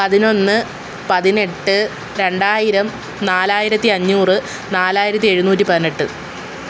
പതിനൊന്ന് പതിനെട്ട് രണ്ടായിരം നാലായിരത്തി അഞ്ഞൂറ് നാലായിരത്തി എഴുനൂറ്റി പതിനെട്ട്